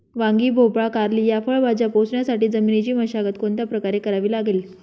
वांगी, भोपळा, कारली या फळभाज्या पोसण्यासाठी जमिनीची मशागत कोणत्या प्रकारे करावी लागेल?